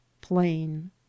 plain